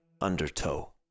Undertow